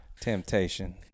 temptation